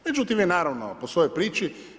Međutim je naravno, po svojoj priči.